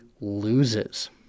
loses